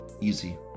Easy